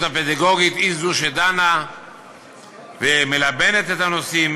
הפדגוגית היא זו שדנה ומלבנת את הנושאים,